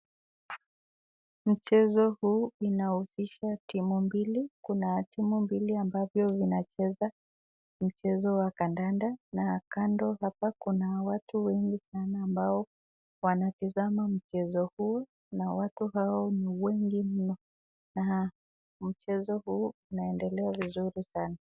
Mchezo huu inahusisha timu mbili. Kuna timu mbili ambazo zinacheza mchezo wa kandanda na kando hapa kuna watu wengi sana ambao wanatizama mchezo huu na watu hao ni wengi mno na mchezo huu unaendelea vizuri sana.